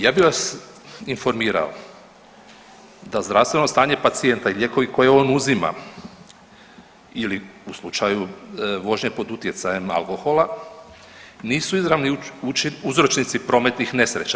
Ja bi vas informirao da zdravstveno stanje pacijenta i lijekovi koje on uzima ili u slučaju vožnje pod utjecajem alkohola nisu izravni uzročnici prometnih nesreća.